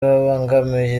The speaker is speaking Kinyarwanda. babangamiye